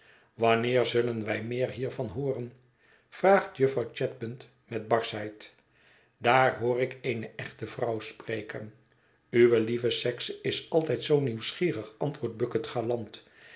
wanneer zullen wij meer hiervan hooren vraagt jufvrouw chadband met barschheid daar hoor ik eene echte vrouw spreken uwe lieve sekse is altijd zoo nieuwsgierig antwoordt bucket galant